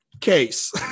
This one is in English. case